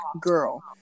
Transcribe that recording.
girl